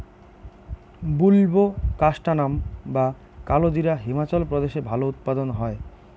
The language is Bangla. বুলবোকাস্ট্যানাম বা কালোজিরা হিমাচল প্রদেশে ভালো উৎপাদন হয়